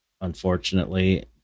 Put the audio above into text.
unfortunately